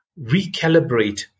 recalibrate